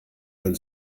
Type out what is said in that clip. man